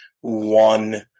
one